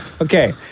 Okay